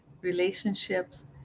relationships